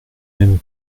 mêmes